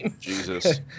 jesus